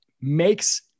makes